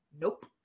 nope